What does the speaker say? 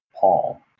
Paul